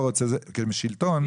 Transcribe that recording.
כשלטון,